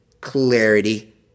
clarity